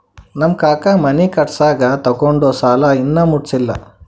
ನಮ್ ಕಾಕಾ ಮನಿ ಕಟ್ಸಾಗ್ ತೊಗೊಂಡ್ ಸಾಲಾ ಇನ್ನಾ ಮುಟ್ಸಿಲ್ಲ